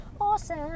awesome